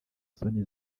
soni